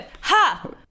ha